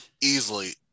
Easily